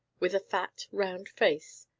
with a fat, round face,